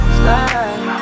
slide